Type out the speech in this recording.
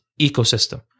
ecosystem